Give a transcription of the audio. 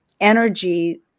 energy